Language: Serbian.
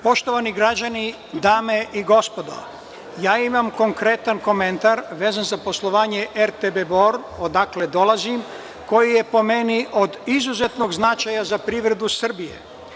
Poštovani građani, dame i gospodo, imam konkretan komentar vezan za poslovanje RTB Bor odakle dolazim koji je po meni od izuzetnog značaja za privredu Srbije.